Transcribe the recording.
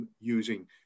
using